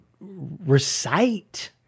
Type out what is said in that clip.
recite